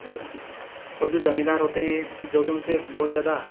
और जो और जो ज़मींदार होते हैं जो कि उनसे बहुत ज़्यादा